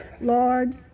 Lord